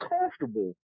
comfortable